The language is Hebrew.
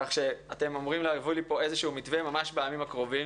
כך שאתם אמורים להביא לי מתווה ממש בימים הקרובים.